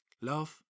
love